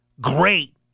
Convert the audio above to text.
great